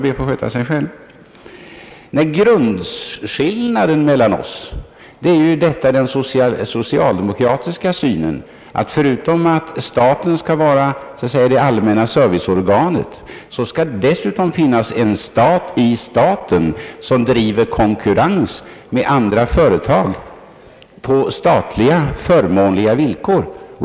Det finns här en grundskillnad mellan vår syn och den socialdemokratiska. Enligt den senare skall det, förutom att staten skall vara det allmänna serviceorganet, finnas en stat i staten som konkurrerar med andra företag på statliga, förmånliga villkor.